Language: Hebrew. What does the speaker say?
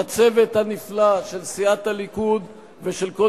לצוות הנפלא של סיעת הליכוד ושל כל